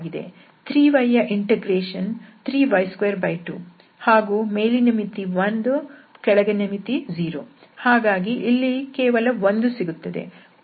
3y ಯ integration 3y22 ಹಾಗೂ ಮೇಲಿನ ಮಿತಿ 1 ಕೆಳಗಿನ ಮಿತಿ 0 ಹಾಗಾಗಿ ನಮಗೆ ಇಲ್ಲಿ ಕೇವಲ 1 ಸಿಗುತ್ತದೆ